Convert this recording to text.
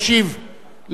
על שתי ההצעות